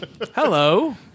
Hello